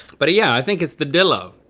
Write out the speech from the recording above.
but yeah i think it's the dillo.